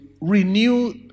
renew